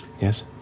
Yes